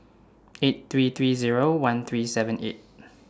eight three three Zero one three seven eight